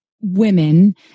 women